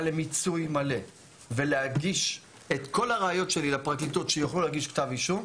למיצוי מלא ולהגיש את כל הראיות שלי לפרקליטות שיוכלו להגיש כתב אישום,